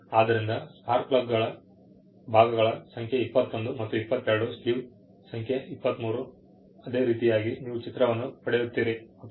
ಆದ್ದರಿಂದ ಸ್ಪಾರ್ಕ್ ಪ್ಲಗ್ಗಳ ಭಾಗಗಳ ಸಂಖ್ಯೆ 21 ಮತ್ತು 22 ಸ್ಲೀವ್ ಸಂಖ್ಯೆ 23 ಅದೇ ರೀತಿಯಾಗಿ ನೀವು ಚಿತ್ರವನ್ನು ಪಡೆಯುತ್ತೀರಿ